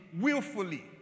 willfully